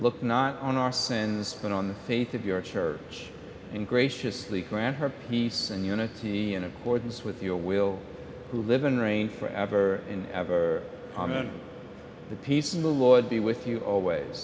look not on our sins but on the faith of your church and graciously grant her peace and unity in accordance with your will to live in reign for ever and ever amen the peace in the lord be with you always